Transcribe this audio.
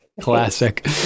Classic